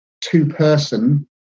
two-person